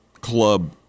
club